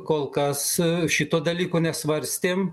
kol kas šito dalyko nesvarstėm